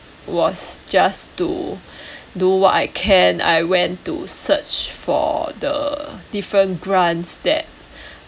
was just to do what I can I went to search for uh different grants that